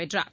வென்றார்